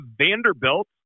Vanderbilt